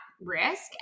risk